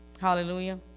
Hallelujah